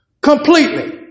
completely